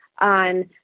on